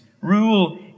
Rule